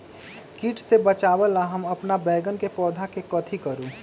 किट से बचावला हम अपन बैंगन के पौधा के कथी करू?